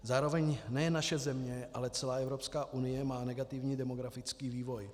Zároveň nejen naše celá země, ale celá Evropská unie má negativní demografický vývoj.